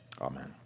Amen